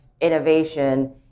innovation